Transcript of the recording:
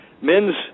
Men's